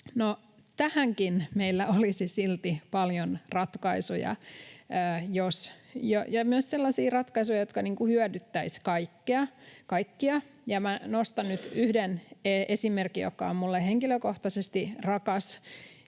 tähänkin meillä olisi silti paljon ratkaisuja, ja myös sellaisia ratkaisuja, jotka hyödyttäisivät kaikkia. Minä nostan nyt yhden esimerkin, joka on minulle henkilökohtaisesti rakas,